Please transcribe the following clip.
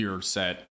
set